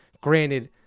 granted